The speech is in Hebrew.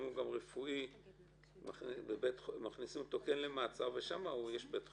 אם זה רפואי מכניסים אותו למעצר ושם יש בית חולים,